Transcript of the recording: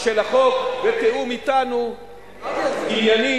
של החוק, בתיאום אתנו, עניינית.